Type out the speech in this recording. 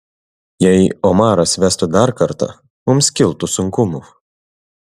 jei omaras vestų dar kartą mums kiltų sunkumų